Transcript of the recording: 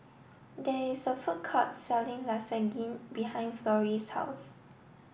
there is a food court selling Lasagne behind Florrie's house